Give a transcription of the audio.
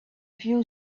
few